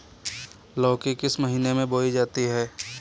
लौकी किस महीने में बोई जाती है?